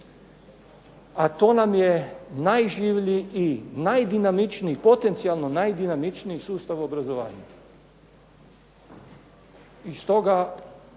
A to nam je najživlji i najdinamičniji, potencijalno najdinamičniji sustav obrazovanja.